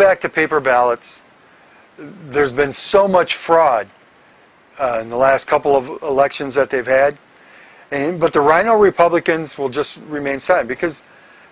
back to paper ballots there's been so much fraud in the last couple of elections that they've had a name but the rhino republicans will just remain sad because